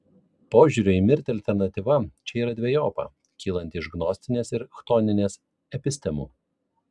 požiūrio į mirtį alternatyva čia yra dvejopa kylanti iš gnostinės ir chtoninės epistemų